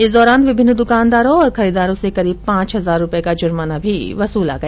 इस दौरान विभिन्न दुकानदारों और खरीददारो से करीब पांच हजार रूपये का जुर्माना भी वसूला गया